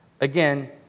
Again